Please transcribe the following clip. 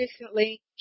recently